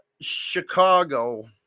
Chicago